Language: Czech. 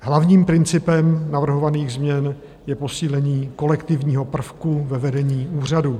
Hlavním principem navrhovaných změn je posílení kolektivního prvku ve vedení úřadu.